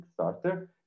Kickstarter